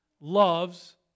loves